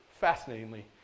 fascinatingly